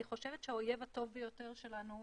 אני חושבת שהאויב הטוב ביותר שלנו,